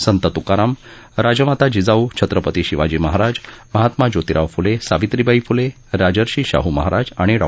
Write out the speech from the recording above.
संत त्काराम राजमाता जिजाऊ छत्रपती शिवाजी महाराज महात्मा जोतिराव फुले सावित्रीबाई फुले राजर्षी शाह महाराज आणि डॉ